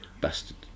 bastard